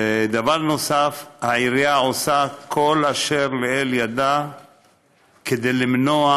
ודבר נוסף, העירייה עושה כל אשר לאל ידה כדי למנוע